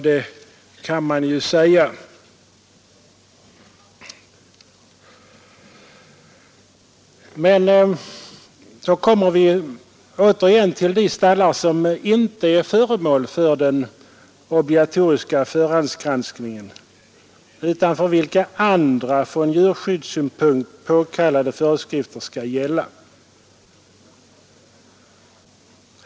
Det kan man ju säga att den gör. Men då gäller frågan återigen de stallbyggnader som inte är föremål för den obligatoriska förhandsgranskningen utan för vilka andra från djurskyddssynpunkt påkallade föreskrifter skall gälla.